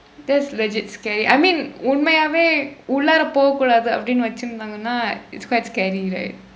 that's legit scary I mean உண்மையாவே உள்ளாரா போக கூடாது அப்படின்னு வைச்சிருந்தாங்கனா:unmaiyaavee ullaraa pooka kuudaathunnu vaichsirunthaangkanaa it's quite scary right